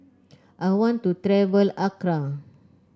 I want to travel Accra